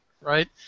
right